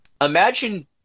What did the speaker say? imagine